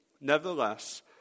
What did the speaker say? Nevertheless